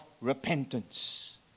repentance